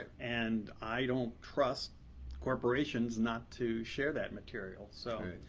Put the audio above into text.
and i don't trust corporations not to share that material. so,